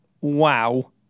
wow